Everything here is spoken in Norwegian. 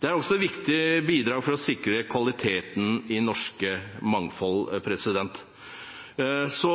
er også et viktig bidrag for å sikre kvaliteten i det norske mangfoldet. Så